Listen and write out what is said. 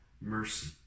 mercy